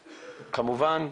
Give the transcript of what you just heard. כמובן,